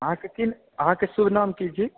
अहाँकेॅं की नाम अहाँकेॅं शुभ नाम की छी